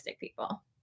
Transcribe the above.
people